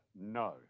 no